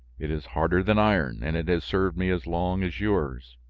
it is harder than iron, and it has served me as long as yours!